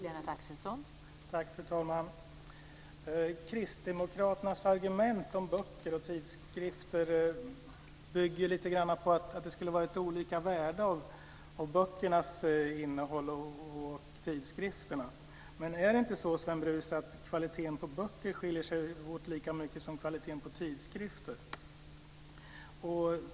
Fru talman! Kristdemokraternas argument om böcker och tidskrifter bygger lite grann på att det skulle vara olika värde på böckernas innehåll och tidskrifternas innehåll. Är det inte så att kvaliteten på böcker skiljer sig åt lika mycket som kvaliteten på tidskrifter?